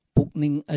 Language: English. Pukning